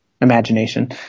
imagination